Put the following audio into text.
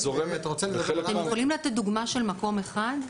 אתם יכולים לתת דוגמה של מקום אחד?